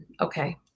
okay